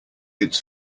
its